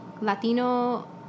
Latino